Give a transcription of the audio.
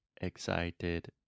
excited